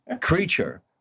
creature